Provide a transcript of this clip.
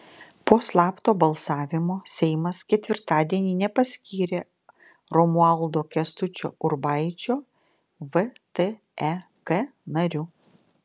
po slapto balsavimo seimas ketvirtadienį nepaskyrė romualdo kęstučio urbaičio vtek nariu